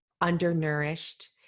undernourished